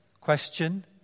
question